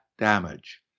damage